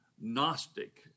Gnostic